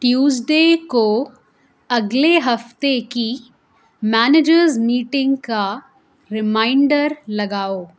Tuesday کو اگلے ہفتے کی مینجرز میٹنگ کا ریمائنڈر لگاؤ